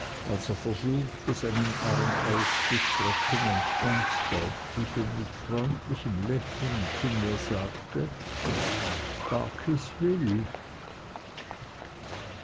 er versuchte seinen arm auszustrecken und ganz deutlich und mit freundlichem lächeln zu mir sagte barkis will